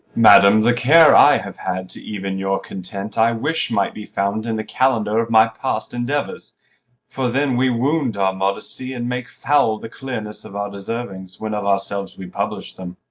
madam, the care i have had to even your content i wish might be found in the calendar of my past endeavours for then we wound our modesty, and make foul the clearness of our deservings, when of ourselves we publish them.